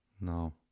No